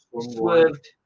swerved